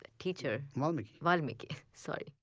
teacher. valmiki. valmiki. sorry.